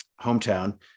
hometown